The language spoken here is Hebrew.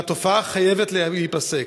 והתופעה חייבת להיפסק.